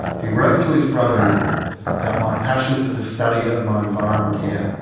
he wrote to his brother-in-law that my passion for the study of my environment here,